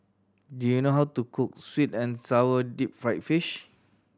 do you know how to cook sweet and sour deep fried fish